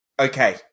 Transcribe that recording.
okay